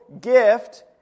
gift